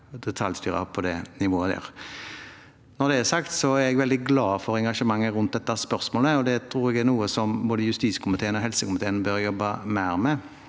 er jeg veldig glad for engasjementet rundt dette spørsmålet, og det tror jeg er noe som både justiskomiteen og helsekomiteen bør jobbe mer med.